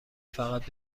فقط